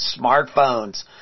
smartphones